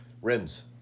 rims